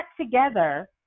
together